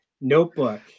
notebook